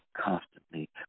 constantly